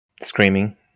Screaming